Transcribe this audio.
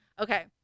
Okay